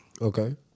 okay